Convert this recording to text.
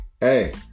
hey